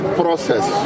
process